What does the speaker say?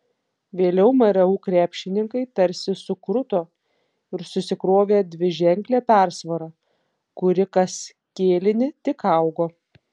vėliau mru krepšininkai tarsi sukruto ir susikrovė dviženklę persvarą kuri kas kėlinį tik augo